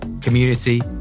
community